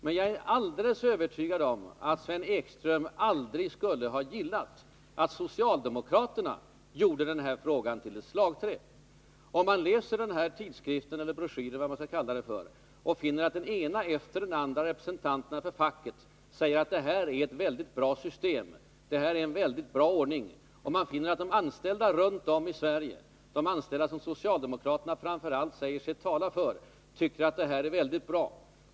Och jag är alldeles övertygad om att Sven Ekström aldrig skulle ha gillat att socialdemokraterna gjorde den här frågan till ett slagträ. Om man läser broschyren, eller vad jag skall kalla trycksaken för, finner man att den ena representanten för facket efter den andra säger att detta är ett väldigt bra system, att det här är en väldigt bra ordning och att de anställda runt om i Sverige — de anställda som socialdemokraterna framför allt säger sig tala för — tycker att systemet är mycket bra.